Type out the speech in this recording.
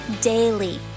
daily